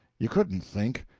you couldn't think,